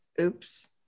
Oops